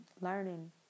learning